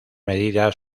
medida